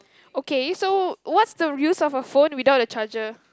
okay so what's the use of a phone without the charger